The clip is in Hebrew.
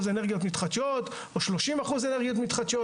אנרגיות מתחדשות או שלושים אחוז אנרגיות מתחדשות.